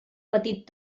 petit